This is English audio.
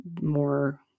more